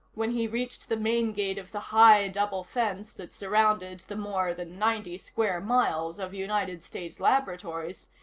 when he reached the main gate of the high double fence that surrounded the more than ninety square miles of united states laboratories,